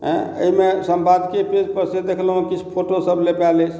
ऐहिमे संपादकीय पेज पर से देखलहुॅं हैॅं किछु फोटो सब लेपाल अछि